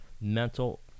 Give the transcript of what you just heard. mental